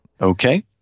Okay